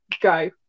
go